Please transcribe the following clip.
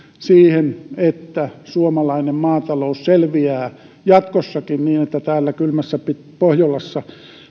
siihen että suomalainen maatalous selviää jatkossakin niin että täällä kylmässä pohjolassa